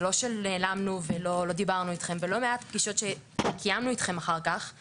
אמרתם: לא ניגש לקול קורא כזה כי הסיוע לא יודעת אם זה אתם או